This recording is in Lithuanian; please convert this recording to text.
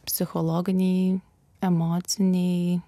psichologiniai emociniai